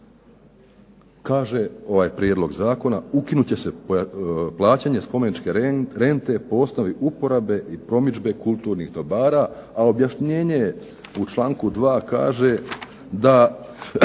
kaže ovaj prijedlog zakona ukinut će se plaćanja spomeničke rente po osnovi uporabe i promidžbe kulturnih dobara, a objašnjenje je, u članku 2. kaže da